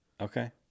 Okay